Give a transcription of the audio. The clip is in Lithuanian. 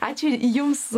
ačiū jums